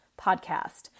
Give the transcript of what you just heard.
podcast